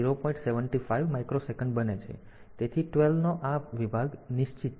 75 microsecond બને છે તેથી 12 નો આ વિભાગ નિશ્ચિત છે